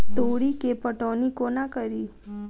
तोरी केँ पटौनी कोना कड़ी?